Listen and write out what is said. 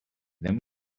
then